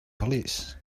police